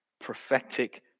prophetic